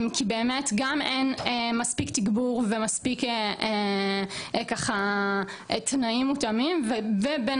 כי באמת גם אין מספיק תגבור ומספיק ככה תנאים מותאמים ובין